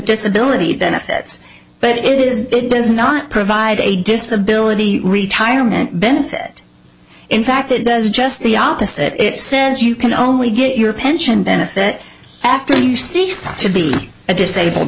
disability benefits but it is it does not provide a disability retirement benefit in fact it does just the opposite it says you can only get your pension benefit after you cease to be a disabled